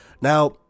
Now